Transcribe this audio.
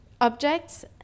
objects